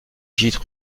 gîtes